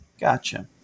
Gotcha